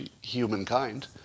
humankind